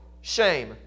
shame